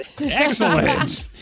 Excellent